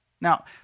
Now